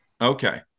Okay